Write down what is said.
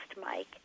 Mike